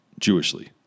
Jewishly